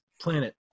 planet